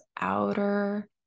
outer